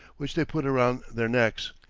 which they put around their necks.